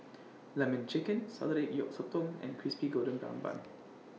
Lemon Chicken Salted Egg Yolk Sotong and Crispy Golden Brown Bun